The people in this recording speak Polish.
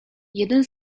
jeden